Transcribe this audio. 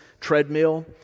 treadmill